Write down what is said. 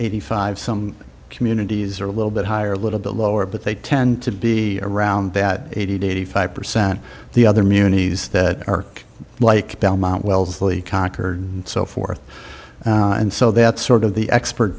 eighty five some communities are a little bit higher little bit lower but they tend to be around that eighty to eighty five percent the other muni's that arc like belmont wellesley concord and so forth and so that's sort of the expert